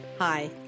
Hi